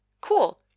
Cool